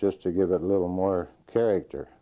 just to give it a little more character